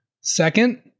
Second